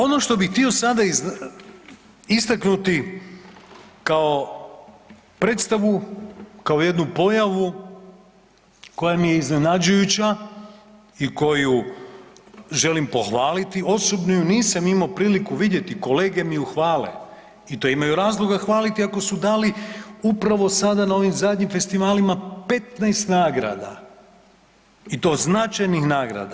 Ono što bih htio sada istaknuti kao predstavu, kao jednu pojavu koja mi je iznenađujuća i koju želim pohvaliti osobno ju nisam imao priliku vidjeti, kolege mi ju hvale i to imaju razloga hvaliti ako su dali upravo sada na ovim zadnjim festivalima 15 nagrada i to značajnih nagrada.